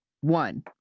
one